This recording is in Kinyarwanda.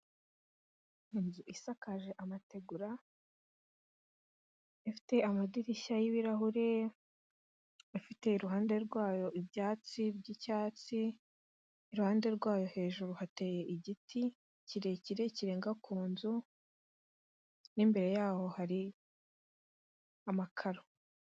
Inzu isakaje amategura, ifite amadirishya y'ibirahure; ifite iruhande rwayo ibyatsi by'icyatsi; iruhande rwayo hejuru hateye igiti kirekire kirenga ku nzu, n'imbere yaho hari amakaro.